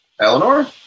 Eleanor